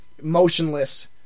motionless